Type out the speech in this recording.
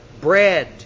Bread